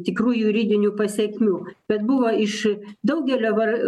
tikrų juridinių pasekmių bet buvo iš daugelio var